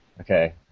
Okay